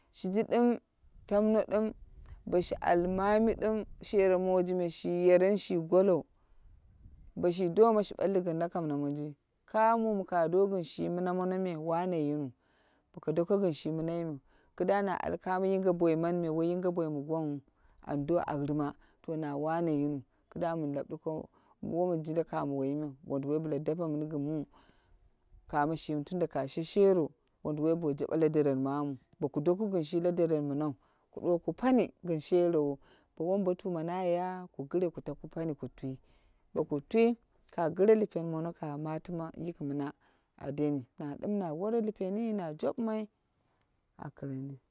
Shiji ɗim, tamno ɗim boshi al mami dim shero moji me yero ni shi golo. Boshi doma shi balli gin nakoina monji, ka mumi ka do hin shi minai me, kida na al kamo yinge boi mi gwangwu ando aurima to na wane yiniu kida min lau duko, womin jinda kamo woyi meu, wonduwoi bla dape mini gin mu kamoshimi tan da ka sheshero wonduwoi ba jabe la deren manu. Bo doku gin shi la deren minau. Ku duwo pani gin sherowou, bo wombotuma na ya ku gire ku taku pani ku twi bo ka two ka gire lipen mono ka matima yiki mina a demi na dim na wore lipen na jobumai. A kireni.